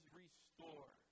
restore